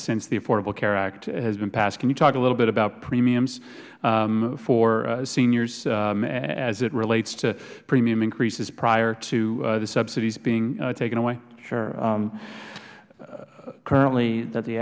since the affordable care act has been passed can you talk a little bit about premiums for seniors as it relates to premium increases prior to the subsidies being taken away mister blum sure currently that the